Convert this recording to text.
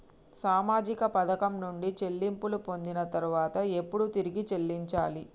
సామాజిక పథకం నుండి చెల్లింపులు పొందిన తర్వాత ఎప్పుడు తిరిగి చెల్లించాలి?